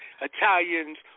Italians